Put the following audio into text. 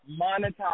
monetize